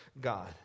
God